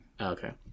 okay